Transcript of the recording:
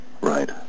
right